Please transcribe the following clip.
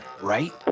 right